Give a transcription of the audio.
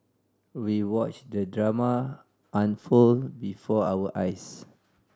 we watched the drama unfold before our eyes